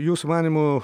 jūsų manymu